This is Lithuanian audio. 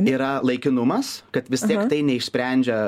yra laikinumas kad vis tiek tai neišsprendžia